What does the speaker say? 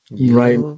right